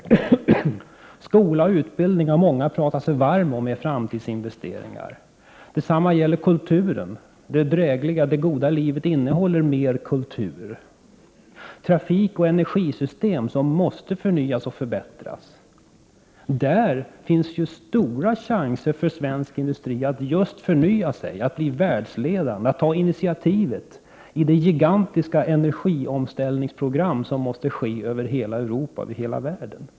När det gäller skola och utbildning har många talat sig varma om framtidsinvesteringar. Detsamma gäller kulturen. Det goda livet innehåller mer kultur. Trafikoch energisystemen måste förnyas och förbättras. Där finns stora chanser för svensk industri att förnya sig och bli världsledande, att ta initiativet i det gigantiska energiomställningsprogram som måste genomföras över hela Europa, över hela världen.